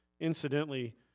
incidentally